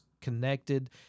connected